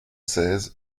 seize